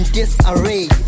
disarray